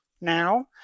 now